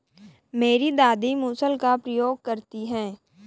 मेरी दादी मूसल का प्रयोग करती हैं